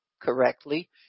correctly